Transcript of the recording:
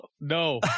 No